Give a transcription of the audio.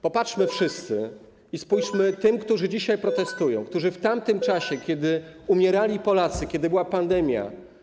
Popatrzmy wszyscy, spójrzmy na tych, którzy dzisiaj protestują, którzy w tamtym czasie, kiedy umierali Polacy, kiedy była pandemia.